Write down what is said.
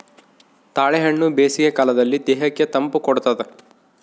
ತಾಳೆಹಣ್ಣು ಬೇಸಿಗೆ ಕಾಲದಲ್ಲಿ ದೇಹಕ್ಕೆ ತಂಪು ಕೊಡ್ತಾದ